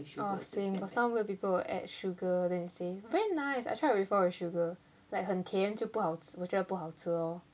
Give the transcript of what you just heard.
oh same got some weird people will add sugar then they say very nice I tried before with sugar like 很甜就不好吃我觉得不好吃哦